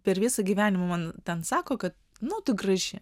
per visą gyvenimą man ten sako kad nu tu graži